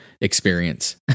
experience